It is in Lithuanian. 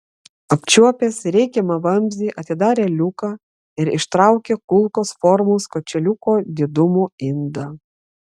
apčiuopęs reikiamą vamzdį atidarė liuką ir ištraukė kulkos formos kočėliuko didumo indą